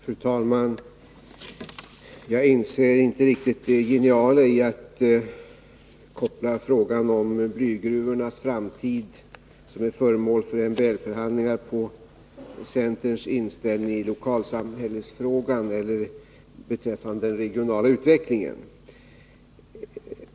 Fru talman! Jag inser inte riktigt det geniala i att koppla frågan om blygruvornas framtid, som är föremål för MBL-förhandlingar, till centerns inställning i lokalsamhällesfrågan eller beträffande den regionala utvecklingen.